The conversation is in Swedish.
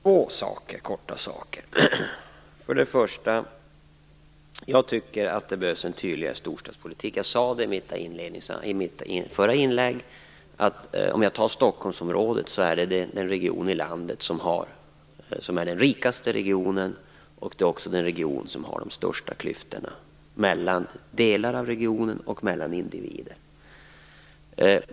Fru talman! Två korta synpunkter. Jag tycker för det första att det behövs en tydligare storstadspolitik. Jag sade i mitt förra inlägg att Stockholmsområdet är den rikaste regionen i landet men också den som har de största klyftorna mellan delar av regionen och mellan individer.